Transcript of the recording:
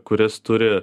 kuris turi